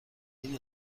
این